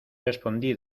respondí